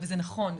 וזה נכון,